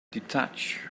detach